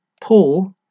Paul